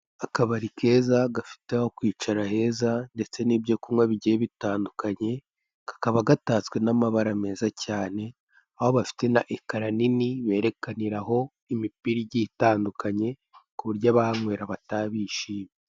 Akabari keza gafite aho kwicara heza ndetse n'ibyo kunywa bigiye bitandukanye, kakaba gatatswe n'amabara meza cyane, aho bafite na ekara nini berekaniraho imipira igiye itandukanye, ku buryo abahanywera bataha bishimye.